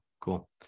Cool